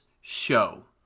show